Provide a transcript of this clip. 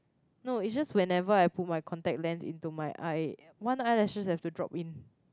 no it's just whenever I put my contact lens into my eye one eyelashes have to drop in